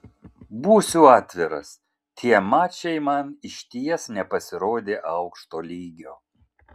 būsiu atviras tie mačai man išties nepasirodė aukšto lygio